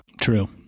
True